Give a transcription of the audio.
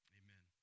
amen